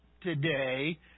today